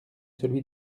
celui